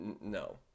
No